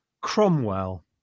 Cromwell